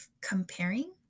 comparing